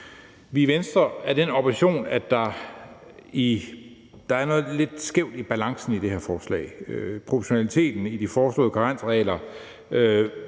Vi i Venstre er af den opfattelse, at der er noget lidt skævt i balancen i det her forslag. Proportionaliteten i de foreslåede karensregler